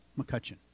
McCutcheon